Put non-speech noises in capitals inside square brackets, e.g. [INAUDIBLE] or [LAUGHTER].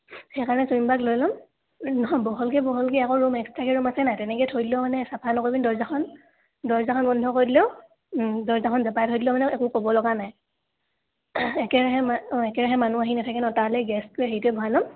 সেইকাৰণে চুমিবাক লৈ ল'ম নহয় বহলকৈ বহলকৈ আকৌ ৰূম এক্সট্ৰাকৈ ৰূম আছে নাই তেনেকৈ থৈ দিলেও মানে চাফা নকৰি দৰ্জাখন দৰ্জাখন বন্ধ কৰি দিলেও দৰ্জাখন জপাই থৈ দিলেও মানে একো ক'ব লগা নাই একেৰাহে [UNINTELLIGIBLE] একেৰাহে মানুহ আহি নাথাকে ন তলৈ গেছটোৱে হেৰিটোৱে ভৰাই ল'ম